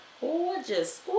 gorgeous